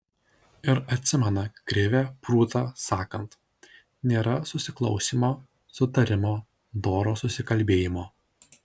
ir atsimena krivę prūtą sakant nėra susiklausymo sutarimo doro susikalbėjimo